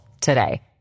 today